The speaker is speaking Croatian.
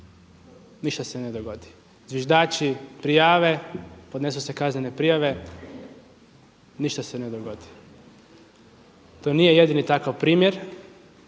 ništa se ne dogodi. Zviždači prijave, podnesu se kaznene prijave, ništa se ne dogodi. To nije jedini takav primjer.